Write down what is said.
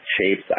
shapes